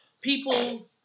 people